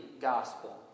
gospel